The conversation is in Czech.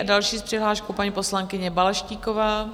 A další s přihláškou paní poslankyně Balaštíková.